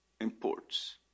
imports